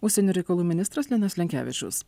užsienio reikalų ministras linas linkevičius